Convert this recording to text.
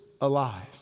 alive